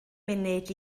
munud